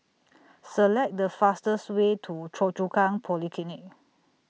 Select The fastest Way to Choa Chu Kang Polyclinic